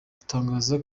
gutangaza